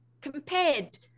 compared